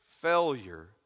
failure